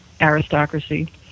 aristocracy